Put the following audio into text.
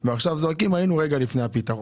אבל אז זועקים עלינו רגע לפני הפתרון.